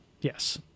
Yes